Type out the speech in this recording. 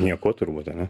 niekuo turbūt ane